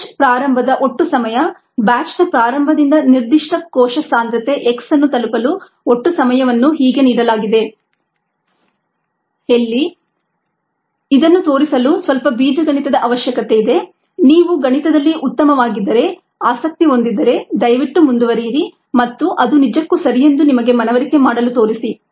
batch ಪ್ರಾರಂಭದ ಒಟ್ಟು ಸಮಯ ಬ್ಯಾಚ್ನ ಪ್ರಾರಂಭದಿಂದ ನಿರ್ದಿಷ್ಟ ಕೋಶ ಸಾಂದ್ರತೆ x ಅನ್ನು ತಲುಪಲು ಒಟ್ಟು ಸಮಯವನ್ನು ಹೀಗೆ ನೀಡಲಾಗಿದೆ t1mαxx0 βln YxSS0x0 xYxSS0 t0 ಎಲ್ಲಿ αKSYxSYxSS0x0YxSS0x0 βKSYxSYxSS0x0 ಇದನ್ನು ತೋರಿಸಲು ಸ್ವಲ್ಪ ಬೀಜಗಣಿತದ ಅವಶ್ಯಕತೆಯಿದೆ ನೀವು ಗಣಿತದಲ್ಲಿ ಉತ್ತಮವಾಗಿದ್ದರೆ ಆಸಕ್ತಿ ಹೊಂದಿದ್ದರೆ ದಯವಿಟ್ಟು ಮುಂದುವರಿಯಿರಿ ಮತ್ತು ಅದು ನಿಜಕ್ಕೂ ಸರಿಯೆಂದು ನಿಮಗೆ ಮನವರಿಕೆ ಮಾಡಲು ತೋರಿಸಿ